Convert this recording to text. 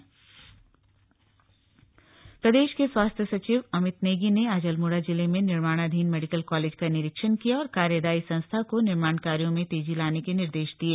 निरीक्षण प्रदेश के स्वास्थ्य सचिव अमित नेगी ने आज अल्मोड़ा जिले में निर्माणाधीन मेडिकल कालेज का निरीक्षण किया और कार्यदायी संस्था को निर्माण कार्यो में तेजी लाने के निर्देश दिये